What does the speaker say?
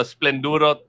Splenduro